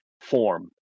form